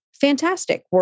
fantastic